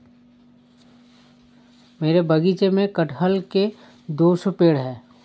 मेरे बगीचे में कठहल के दो सौ पेड़ है